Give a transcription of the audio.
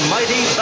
mighty